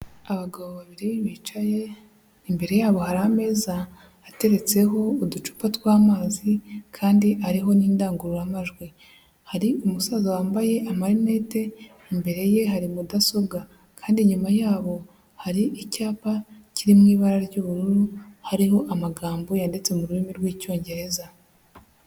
Abagabo babiri bicaye, imbere yabo hari ameza ateretseho uducupa tw'amazi kandi ariho n'indangururamajwi. Hari umusaza wambaye amarinete, imbere ye hari mudasobwa kandi inyuma yaho hari icyapa kiri mu ibara ry'ubururu, hariho amagambo yanditse mu rurimi rw'icyongereza.